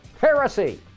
Heresy